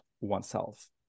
oneself